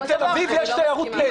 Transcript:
בתל אביב יש תיירות.